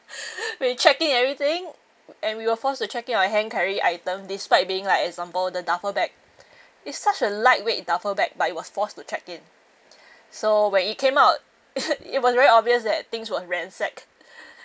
we checked in everything and we were forced to check in our hand carry item despite being like example the duffel bag it such a lightweight duffel bag but it was forced to check in so when it came out it was very obvious that things was ransacked